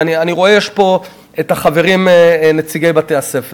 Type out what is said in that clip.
אני רואה שיש פה את החברים, נציגי בתי-הספר.